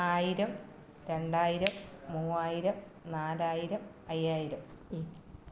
ആയിരം രണ്ടായിരം മൂവായിരം നാലായിരം അയ്യായിരം